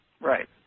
Right